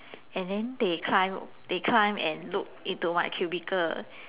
and then they climb they climb and look into my cubicle